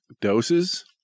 doses